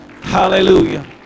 Hallelujah